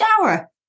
shower